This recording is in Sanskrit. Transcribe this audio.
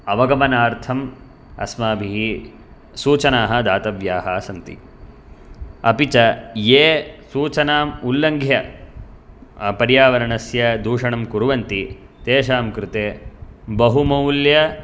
अवगमनार्थम् अस्माभिः सूचनाः दातव्याः सन्ति अपि च ये सूचनाम् उल्लङ्घ्य पर्यावरणस्य दूषणं कुर्वन्ति तेषां कृते बहुमौल्य